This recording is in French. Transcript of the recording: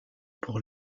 pour